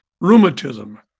rheumatism